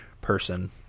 person